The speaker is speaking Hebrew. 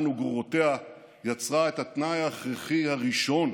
וגרורותיה יצרה את התנאי ההכרחי הראשון